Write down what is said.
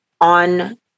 on